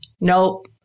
Nope